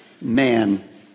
man